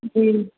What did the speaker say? جی